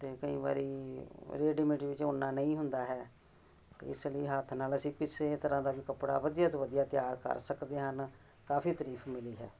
ਅਤੇ ਕਈ ਵਾਰੀ ਰੈਡੀਮੇਡ ਵਿੱਚ ਓਨਾ ਨਹੀਂ ਹੁੰਦਾ ਹੈ ਅਤੇ ਇਸ ਲਈ ਹੱਥ ਨਾਲ ਅਸੀਂ ਕਿਸੇ ਤਰ੍ਹਾਂ ਦਾ ਵੀ ਕੱਪੜਾ ਵਧੀਆ ਤੋਂ ਵਧੀਆ ਤਿਆਰ ਕਰ ਸਕਦੇ ਹਨ ਕਾਫ਼ੀ ਤਾਰੀਫ ਮਿਲੀ ਹੈ